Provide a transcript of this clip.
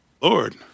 Lord